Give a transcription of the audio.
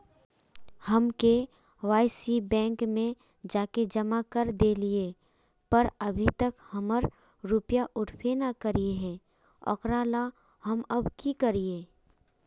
हम KYC bank में जाके जमा कर देलिए पर अभी तक हमर रुपया उठबे न करे है ओकरा ला हम अब की करिए?